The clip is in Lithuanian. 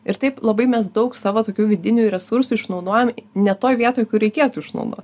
ir taip labai mes daug savo tokių vidinių resursų išnaudojam ne toj vietoj kur reikėtų išnaudot